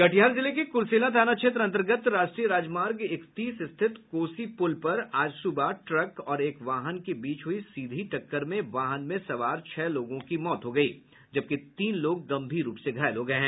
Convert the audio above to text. कटिहार जिले के कुरसेला थाना क्षेत्र अंतर्गत राष्ट्रीय राजमार्ग इकतीस स्थित कोसी पुल पर आज सुबह ट्रक और एक वाहन के बीच हुई सीधी टक्कर में वाहन में सवार छह लोगों की मौत हो गई है जबकि तीन लोग गंभीर रूप से घायल हैं